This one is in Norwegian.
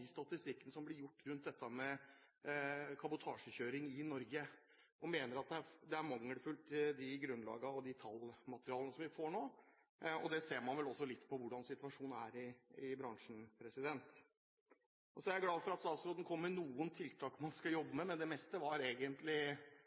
i statistikkene rundt dette med kabotasjekjøring i Norge, og at grunnlaget og tallmaterialet som vi får nå, er mangelfulle. Det ser man vel også litt på hvordan situasjonen er i bransjen. Jeg er glad for at statsråden kom med noen tiltak man skal jobbe